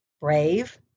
brave